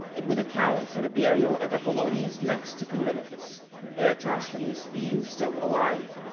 it would account for the burial of apollonius next to callimachus eratosthenes being still alive.